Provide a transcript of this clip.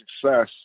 success